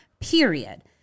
period